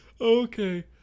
Okay